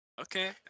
Okay